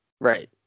right